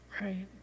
Right